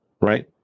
Right